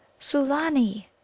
Sulani